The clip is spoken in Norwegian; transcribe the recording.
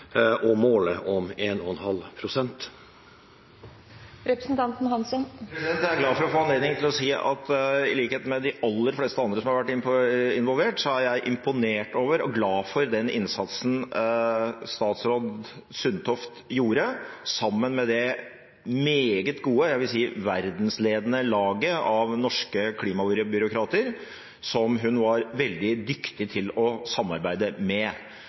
målet om 1,5 pst. Jeg er glad for å få anledning til å si at i likhet med de aller fleste andre som har vært involvert, er jeg imponert over og glad for den innsatsen statsråd Sundtoft gjorde sammen med det meget gode – jeg vil si verdensledende – laget av norske klimabyråkrater, som hun var veldig dyktig til å samarbeide med.